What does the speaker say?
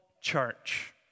church